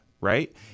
right